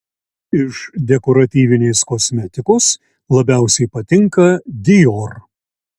iš dekoratyvinės kosmetikos labiausiai patinka dior